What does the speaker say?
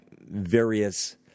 various